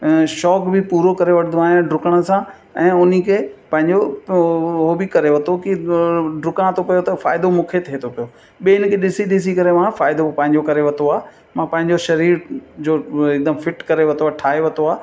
शौक़ बि पूरो करे वठंदो आहियां डुकण सां ऐं उन खे पंहिंजो उहो बि करे वरितो की डुका थो पियो त फ़ाइदो मूंखे थिए थो पियो ॿियनि खे ॾिसी ॾिसी करे मां फ़ाइदो पंहिंजो करे वरितो आहे मां पंहिंजो शरीर जो हिकदमि फिट करे वरितो आहे ठाहे वरितो आहे